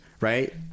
right